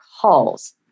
calls